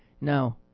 No